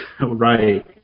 Right